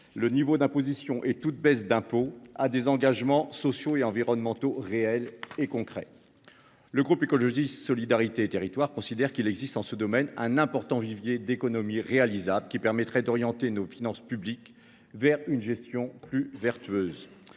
du niveau d’imposition à des engagements sociaux et environnementaux réels et concrets. Le groupe Écologiste – Solidarité et Territoires considère qu’il existe en ce domaine un important vivier d’économies réalisables, dont la mobilisation permettrait d’orienter nos finances publiques vers une gestion plus vertueuse.